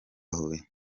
huye